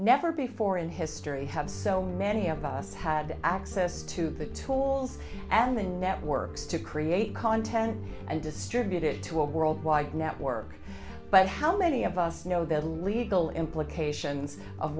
never before in history have so many of us had access to the tools and the networks to create content and distribute it to a world wide network but how many of us know the legal implications of